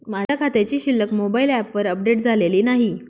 माझ्या खात्याची शिल्लक मोबाइल ॲपवर अपडेट झालेली नाही